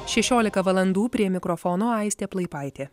šešiolika valandų prie mikrofono aistė plaipaitė